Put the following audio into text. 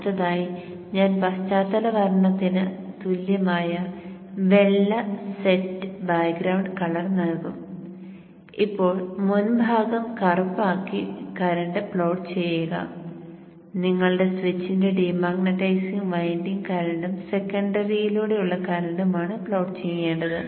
അടുത്തതായി ഞാൻ പശ്ചാത്തല വർണ്ണത്തിന് തുല്യമായ വെള്ള സെറ്റ് ബാക്ക്ഗ്രൌണ്ട് കളർ നൽകും ഇപ്പോൾ മുൻഭാഗം കറുപ്പ് ആക്കി കറന്റ് പ്ലോട്ട് ചെയ്യുക നിങ്ങളുടെ സ്വിച്ചിന്റെ ഡീമാഗ്നെറ്റൈസിംഗ് വൈൻഡിംഗ് കറന്റും സെക്കൻഡറിയിലൂടെയുള്ള കറന്റും ആണ് പ്ലോട്ട് ചെയ്യേണ്ടത്